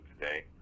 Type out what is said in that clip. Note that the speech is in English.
today